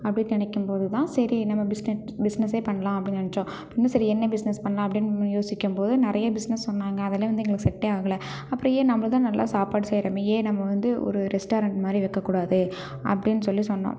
அப்படி நினைக்கும்போது தான் சரி நம்ம பிஸ்னஸ் பிஸ்னஸ்ஸே பண்ணலாம் அப்படின்னு நினச்சோம் இன்னும் சரி என்ன பிஸ்னஸ் பண்ணலாம் அப்படின்னு நம்ம யோசிக்கும்போது நிறைய பிஸ்னஸ் சொன்னாங்க அதெல்லாம் வந்து எங்களுக்கு செட்டே ஆகலை அப்படியே நம்ப தான் நல்லா சாப்பாடு செய்கிறோமே ஏன் நம்ம வந்து ஒரு ரெஸ்ட்டாரண்ட் மாதிரி வெக்கக்கூடாது அப்படின்னு சொல்லி சொன்னோம்